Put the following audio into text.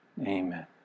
amen